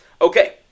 Okay